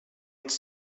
its